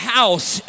house